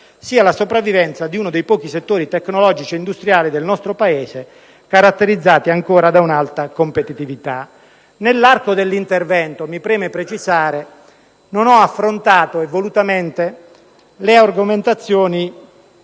e la sopravvivenza di uno dei pochi settori tecnologici e industriali del nostro Paese caratterizzati ancora da alta competitività. Nell'arco dell'intervento, mi preme precisarlo, non ho affrontato volutamente le argomentazioni